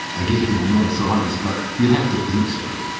again, i'm not a scientist, but you'd have to think so.